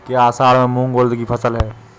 क्या असड़ में मूंग उर्द कि फसल है?